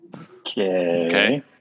Okay